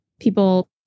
people